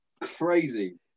Crazy